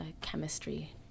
chemistry